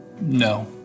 No